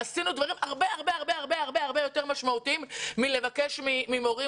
עשינו דברים הרבה יותר משמעותיים מלבקש ממורים